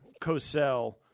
Cosell